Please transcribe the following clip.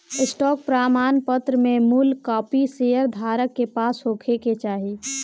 stock प्रमाणपत्र में मूल कापी शेयर धारक के पास होखे के चाही